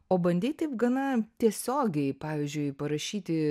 o bandei taip gana tiesiogiai pavyzdžiui parašyti